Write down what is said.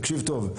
ותקשיב טוב,